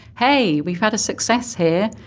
hey, we've had a success here,